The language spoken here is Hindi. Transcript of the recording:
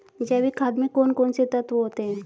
जैविक खाद में कौन कौन से तत्व होते हैं?